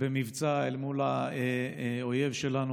במבצע אל מול האויב שלנו,